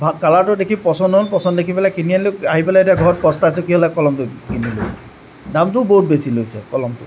ভা কালাৰটো দেখি পচন্দ হ'ল পচন্দ দেখি পেলায় কিনি আনিলোঁ আহি পেলায় এতিয়া পস্তাইছোঁ কিহলে কলমটো কিনিলোঁ দামটোও বহুত বেছি লৈছে কলমটোত